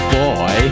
boy